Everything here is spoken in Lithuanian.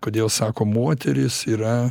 kodėl sako moteris yra